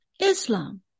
Islam